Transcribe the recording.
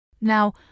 Now